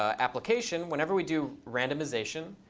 application, whenever we do randomization,